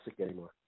anymore